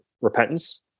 Repentance